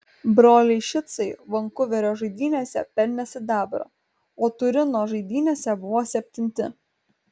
broliai šicai vankuverio žaidynėse pelnė sidabrą o turino žaidynėse buvo septinti